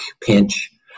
pinch